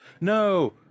No